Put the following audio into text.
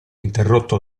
interrotto